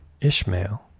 Ishmael